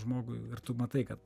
žmogui ir tu matai kad